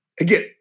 Again